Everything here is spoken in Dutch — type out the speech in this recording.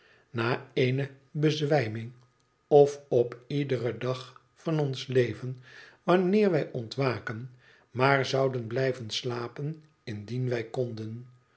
na eene bezwijming of op iederen dag van ons leven wanneer wij ontwaken maar zouden blijven slapen indien wij konden